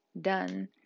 done